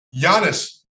Giannis